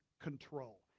control